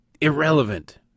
irrelevant